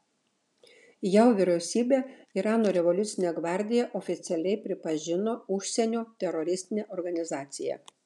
jav vyriausybė irano revoliucinę gvardiją oficialiai pripažino užsienio teroristine organizacija